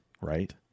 Right